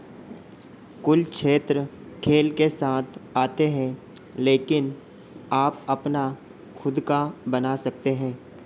कुल क्षेत्र खेल के साथ आते हैं लेकिन आप अपना खुद का बना सकते हैं